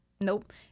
nope